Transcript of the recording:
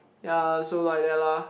ya so like that lah